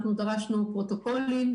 אנחנו דרשנו פרוטוקולים,